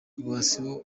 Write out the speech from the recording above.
rwasibo